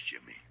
Jimmy